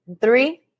Three